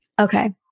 okay